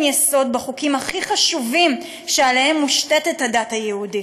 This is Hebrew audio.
יסוד בחוקים הכי חשובים שעליהם מושתתת הדת היהודית.